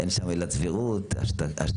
אין שם עילת סבירות או השתק?